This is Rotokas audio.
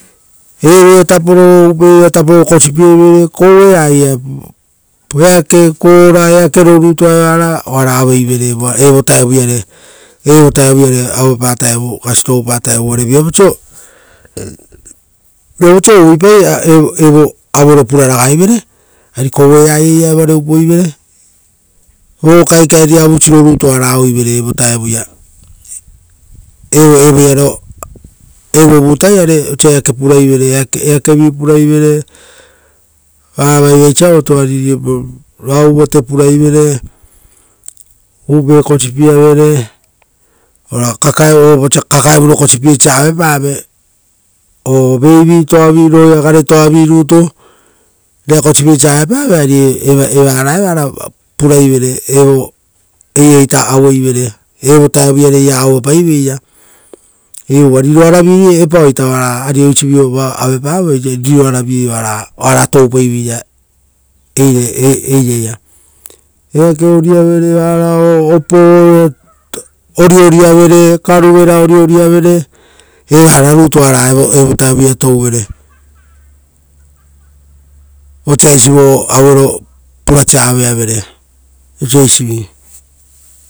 Upeirara kosipiesia, ari kouea, eake kora, eakero rutu oara ouivere evo vtaiare upe kosipiepa vuta. Uvare viapau oisio uvuipai ra evo pitupituro pura ragaivere, ari koue a eira iria evoare upoivere. Oaravu rutu aue varu oara ouivere evo vutaiare, evo vutaiare vosa eake puraivere, eakevi puraivere, raovu vate, upe kosipieavere ora vosa kakaevure kosipiesia aue pave o ragetoavi kakaeto vosa rera kosipeisa auepave ari eva ra iare koue upopaveira. Uva oaravuei riroaravi pitupituara ari oisi vio vao auepavoi